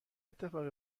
اتفاقی